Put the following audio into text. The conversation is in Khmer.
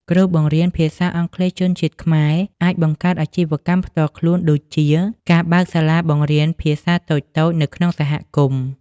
គ្រូបង្រៀនភាសាអង់គ្លេសជនជាតិខ្មែរអាចបង្កើតអាជីវកម្មផ្ទាល់ខ្លួនដូចជា ការបើកសាលាបង្រៀនភាសាតូចៗនៅក្នុងសហគមន៍។